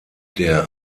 der